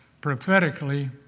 prophetically